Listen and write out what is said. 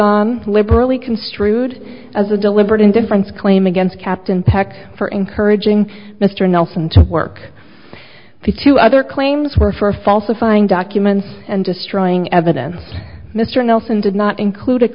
prison liberally construed as a deliberate indifference claim against captain peck for encouraging mr nelson to work the two other claims were for falsifying documents and destroying evidence mr nelson did not include